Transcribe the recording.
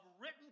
written